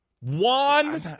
One